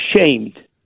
ashamed